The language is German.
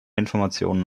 informationen